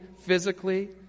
physically